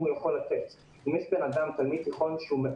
איך הוא מנהל תכניות מגירה בתרחישים שונים?